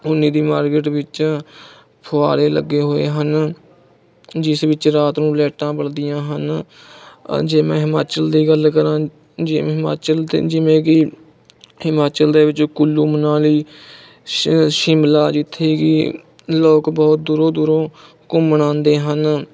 ਉੱਨੀ ਦੀ ਮਾਰਕਿਟ ਵਿੱਚ ਫੁਹਾਰੇ ਲੱਗੇ ਹੋਏ ਹਨ ਜਿਸ ਵਿੱਚ ਰਾਤ ਨੂੰ ਲਾਈਟਾਂ ਬਲਦੀਆਂ ਹਨ ਜੇ ਮੈਂ ਹਿਮਾਚਲ ਦੀ ਗੱਲ ਕਰਾਂ ਜਿਵੇਂ ਹਿਮਾਚਲ ਜਿਵੇਂ ਕਿ ਹਿਮਾਚਲ ਦੇ ਵਿੱਚ ਕੁੱਲੂ ਮਨਾਲੀ ਸ਼ਿਮਲਾ ਜਿੱਥੇ ਕਿ ਲੋਕ ਬਹੁਤ ਦੂਰੋਂ ਦੂਰੋਂ ਘੁੰਮਣ ਆਉਂਦੇ ਹਨ